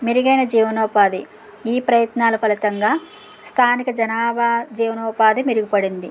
మెరుగైన జీవన ఉపాది ఈ ప్రయత్నాల ఫలితంగా స్థానిక జనాభా జీవనోపాధి మెరుగుపడింది